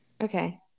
Okay